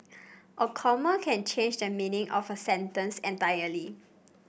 a comma can change the meaning of a sentence entirely